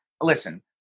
listen